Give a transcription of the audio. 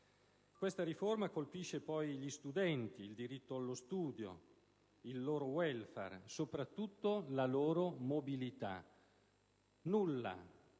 Questa riforma colpisce poi gli studenti, il diritto allo studio, il loro *welfare* e, soprattutto, la loro mobilità. Nulla